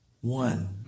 One